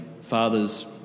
father's